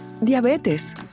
diabetes